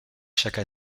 chaque